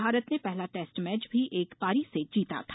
भारत ने पहला test match भी एक पारी से जीता था